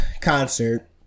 concert